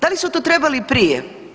Da li su to trebali i prije?